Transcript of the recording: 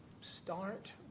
start